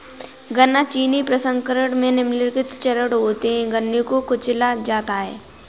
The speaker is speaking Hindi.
गन्ना चीनी प्रसंस्करण में निम्नलिखित चरण होते है गन्ने को कुचला जाता है